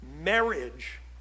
marriage